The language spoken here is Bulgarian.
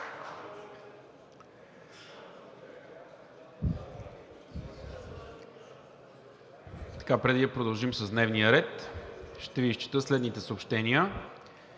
Преди да продължим с дневния ред, ще Ви изчета следните съобщения: